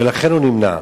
ולכן הוא נמנע.